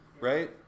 Right